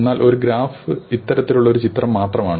എന്നാൽ ഒരു ഗ്രാഫ് ഇത്തരത്തിലുള്ള ഒരു ചിത്രം മാത്രമാണ്